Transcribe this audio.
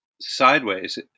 sideways